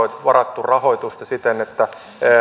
varattu rahoitusta siten että